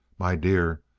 my dear,